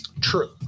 True